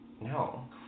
No